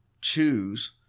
choose